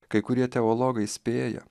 kai kurie teologai spėja